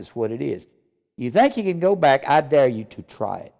is what it is you think you can go back i dare you to try it